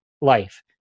life